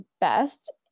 best